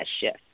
shift